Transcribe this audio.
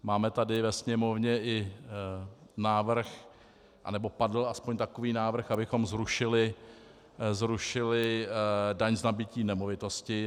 Máme tady ve Sněmovně i návrh, nebo padl aspoň takový návrh, abychom zrušili daň z nabytí nemovitosti.